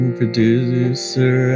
producer